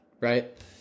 right